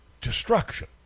destruction